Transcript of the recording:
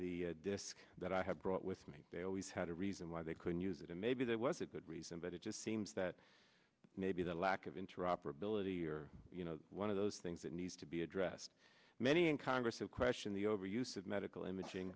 the disk that i had brought with me they always had a reason why they couldn't use it and maybe that was a good reason but it just seems that maybe the lack of interoperability or you know one of those things that needs to be addressed many in congress who question the over use of medical imaging